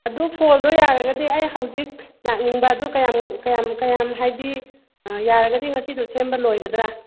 ꯑꯗꯣ ꯐꯣꯟꯗꯣ ꯌꯥꯔꯒꯗꯤ ꯑꯩ ꯍꯧꯖꯤꯛ ꯂꯥꯛꯅꯤꯡꯕ ꯑꯗꯨ ꯀꯌꯥꯝ ꯀꯌꯥꯝ ꯍꯥꯏꯕꯗꯤ ꯌꯥꯔꯒꯗꯤ ꯉꯁꯤꯗꯣ ꯁꯦꯝꯕ ꯂꯣꯏꯒꯗ꯭ꯔꯥ